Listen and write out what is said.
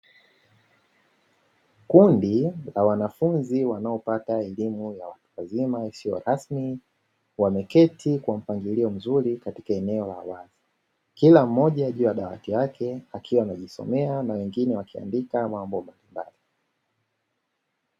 Kundi la wanafunzi wanaopata elimu ya watu wazima isiyo rasmi wameketi kwa mpangilio mzuri katika eneo la wazi kila mmoja juu ya dawati lake akiwa anajisomea na wengine wakiandika mambo yake.